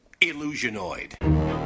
Illusionoid